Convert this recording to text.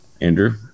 Andrew